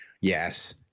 yes